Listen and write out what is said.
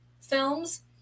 films